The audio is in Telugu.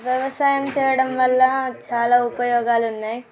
వ్యవసాయం చేయడం వల్ల చాలా ఉపయోగాలు ఉన్నాయి